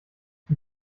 die